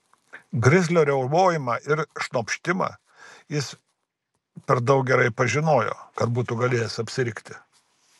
grizlio riaumojimą ir šnopštimą jis per daug gerai pažinojo kad būtų galėjęs apsirikti